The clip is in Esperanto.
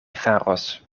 faros